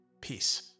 Peace